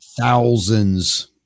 Thousands